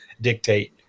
dictate